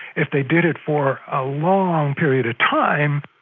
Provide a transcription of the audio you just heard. if they did it for a long period of time,